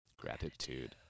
gratitude